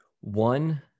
one